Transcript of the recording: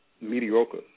mediocre